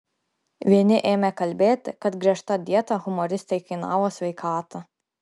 vieni ėmė kalbėti kad griežta dieta humoristei kainavo sveikatą